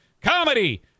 comedy